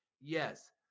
Yes